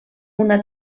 una